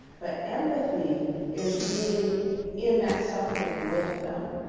but empathy is being in that suffering with them.